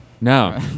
No